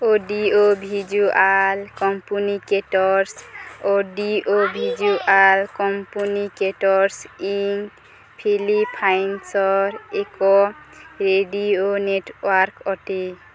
audio visual communicators audio visual communicators Inc ଫିଲିପାଇନ୍ସର ଏକ radio network ଅଟେ